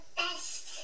best